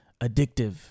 addictive